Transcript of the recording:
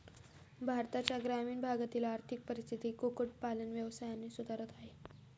भारताच्या ग्रामीण भागातील आर्थिक परिस्थिती कुक्कुट पालन व्यवसायाने सुधारत आहे